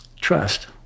trust